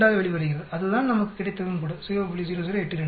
0082 ஆக வெளிவருகிறது அதுதான் நமக்கு கிடைத்ததும் கூட 0